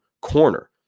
corner